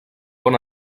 bon